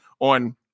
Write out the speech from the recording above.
on